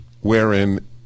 wherein